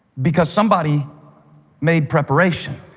because somebody made preparation.